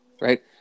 right